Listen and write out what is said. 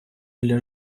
для